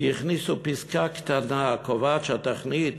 כי הכניסו פסקה קטנה הקובעת שהתוכנית